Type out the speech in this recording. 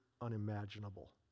unimaginable